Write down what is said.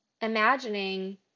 imagining